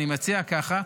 אני מציע ככה.